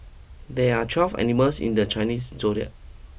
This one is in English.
there are twelve animals in the Chinese zodiac